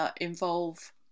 involve